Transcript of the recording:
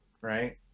Right